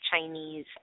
Chinese